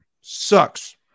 Sucks